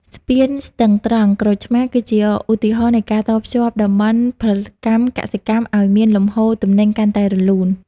ស្ពានស្ទឹងត្រង់-ក្រូចឆ្មារ គឺជាឧទាហរណ៍នៃការតភ្ជាប់តំបន់ផលិតកម្មកសិកម្មឱ្យមានលំហូរទំនិញកាន់តែរលូន។